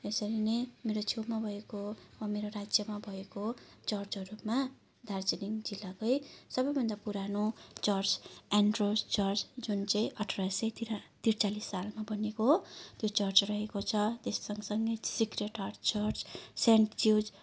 यसरी नै मेरो छेउमा भएको मेरो राज्यमा भएको चर्चहरूमा दार्जिलिङ जिल्लाकै सबैभन्दा पुरानो चर्च एन्ड्रोस चर्च जुन चाहिँ अठार सय तिरा तिर्चालिस सालमा बनिएको हो त्यो चर्च रहेको छ त्यस सँगसँगै sacred heart church saint Jews